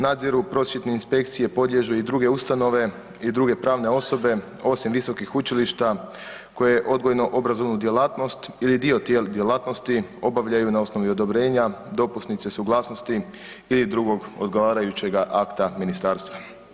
Nadziru prosvjetne inspekcije podliježu i druge ustanove i druge pravne osobe osim visokih učilišta koje odgojno-obrazovnu djelatnost ili dio te djelatnosti obavljaju na osnovu odobrenja, dopusnice, suglasnosti ili drugog odgovarajućega akta ministarstva.